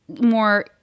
more